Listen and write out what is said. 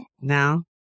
now